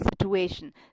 situation